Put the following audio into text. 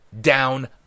down